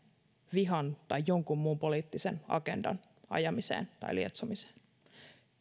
vihan tai jonkun muun poliittisen agendan ajamiseen tai lietsomiseen